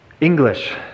English